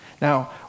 Now